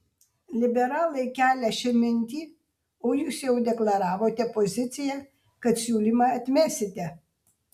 liberalai kelią šią mintį o jūs jau deklaravote poziciją kad siūlymą atmesite